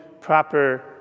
proper